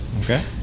Okay